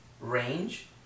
range